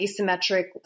asymmetric